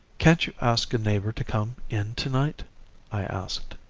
can't you ask a neighbour to come in tonight i asked.